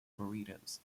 burritos